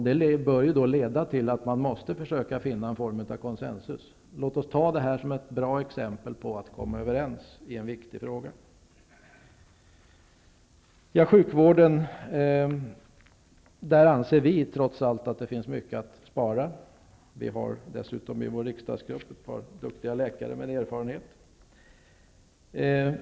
Det bör då leda till att vi måste försöka finna en form av konsensus. Låt oss ta detta som ett bra exempel på att komma överens i en viktig fråga. Vi anser trots allt att det finns mycket att spara i sjukvården. Vi har dessutom i vår riksdagsgrupp ett par duktiga läkare med erfarenhet.